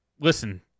listen